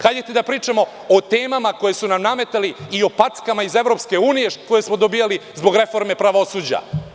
Hajde da pričamo o temama koje su nam nametali i o packama iz EU koje smo dobijali zbog reforme pravosuđa.